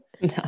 No